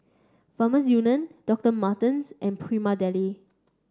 Farmers Union Doctot Martens and Prima Deli